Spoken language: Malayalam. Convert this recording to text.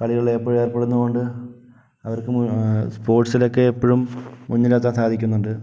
കളികളിൽ എപ്പോഴും ഏർപ്പെടുന്നത് കൊണ്ട് അവർക്ക് സ്പോർട്സിലോക്കെ എപ്പോഴും മുന്നിലെത്താൻ സാധിക്കുന്നുണ്ട്